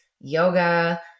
Yoga